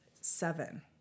seven